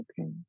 Okay